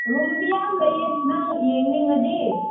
ꯔꯨꯝꯗꯤ ꯌꯥꯝ ꯂꯩꯌꯦ ꯅꯪ ꯌꯦꯡꯅꯤꯡꯉꯗꯤ